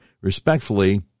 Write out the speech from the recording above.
Respectfully